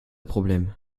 problème